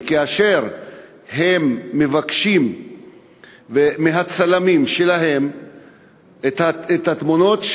וכאשר הם מבקשים מהצלמים שלהם את התמונות,